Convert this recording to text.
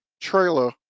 trailer